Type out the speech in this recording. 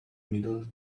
middle